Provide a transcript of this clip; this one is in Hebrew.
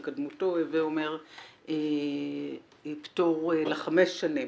וקדמותו הווה אומר פטור לחמש שנים,